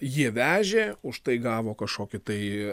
jie vežė už tai gavo kažkokį tai